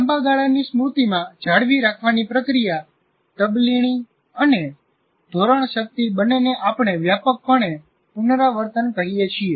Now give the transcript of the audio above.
લાંબા ગાળાની સ્મૃતિ માં જાળવી રાખવાની પ્રક્રિયા તબદીલી અને ધારણશક્તિ બંનેને આપણે વ્યાપકપણે પુનરાવર્તનકહીએ છીએ